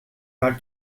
not